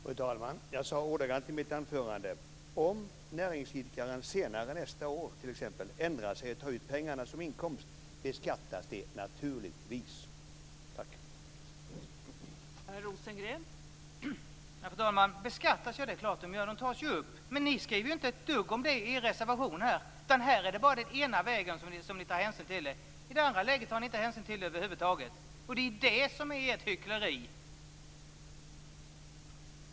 Fru talman! Jag sade ordagrant i mitt anförande: Om näringsidkaren senare, nästa år t.ex., ändrar sig och tar ut pengarna som inkomst beskattas de naturligtvis.